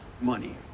money